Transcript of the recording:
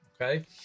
okay